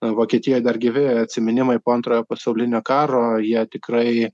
vokietijoj dar gyvi atsiminimai po antrojo pasaulinio karo jie tikrai